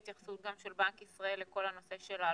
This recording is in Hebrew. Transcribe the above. התייחסות של בנק ישראל לכל הנושא של ההלוואות.